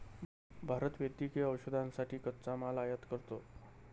भारत वैद्यकीय औषधांसाठी कच्चा माल आयात करतो